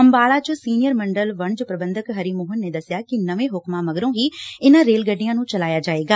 ਅੰਬਾਲਾ ਚ ਸੀਨੀਅਰ ਮੰਡਲ ਵਣਜ ਪ੍ਰੰਬਧਕ ਹਰੀ ਮੋਹਨ ਨੇ ਦਸਿਆ ਕਿ ਨਵੇਂ ਹੁਕਮਾਂ ਮਗਰੋਂ ਹੀ ਇਨ੍ਹਾਂ ਰੇਲ ਗੱਡੀਆਂ ਨੂੰ ਚਲਾਇਆ ਜਾਏਗਾ